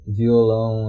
violão